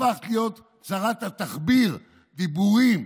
הפכת להיות שרת התחביר, דיבורים,